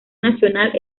nacional